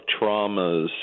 traumas